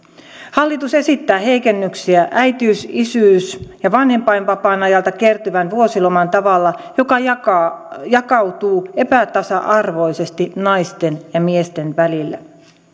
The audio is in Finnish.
hallitus esittää heikennyksiä äitiys isyys ja vanhempainvapaan ajalta kertyvään vuosilomaan tavalla joka jakautuu epätasa arvoisesti naisten ja miesten välillä